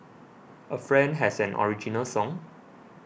a friend has an original song